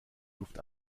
luft